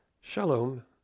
Shalom